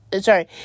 Sorry